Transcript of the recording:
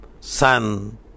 son